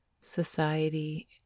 society